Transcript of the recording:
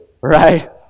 right